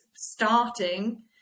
starting